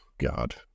god